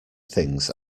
things